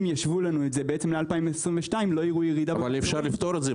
אם ישוו לנו את זה ל-2022 לא יראו ירידה- -- אבל אפשר לפתור את זה,